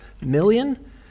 million